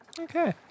Okay